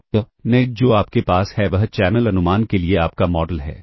तो नेट जो आपके पास है वह चैनल अनुमान के लिए आपका मॉडल है